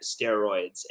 steroids